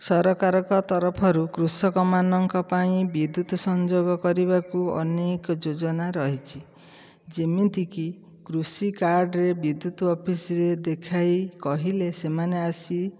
ସରକାର ଙ୍କ ତରଫ ରୁ କୃଷକ ମାନଙ୍କ ପାଇଁ ବିଦ୍ୟୁତ ସଂଯୋଗ କରିବାକୁ ଅନେକ ଯୋଜନା ରହିଛି ଯେମିତି କି କୃଷି କାର୍ଡ ରେ ବିଦ୍ୟୁତ ଅଫିସ ରେ ଦେଖାଇ ସେମାନେ କହିଲେ ସେମାନେ ଆସି